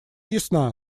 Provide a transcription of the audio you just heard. ясна